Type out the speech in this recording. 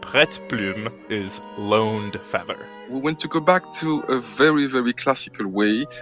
prete-plume is loaned feather we want to go back to a very, very classical way,